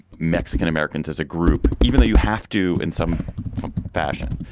mexican-americans as a group, even though you have to in some fashion.